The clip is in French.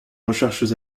recherches